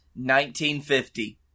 1950